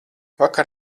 vakar